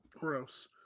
Gross